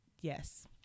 yes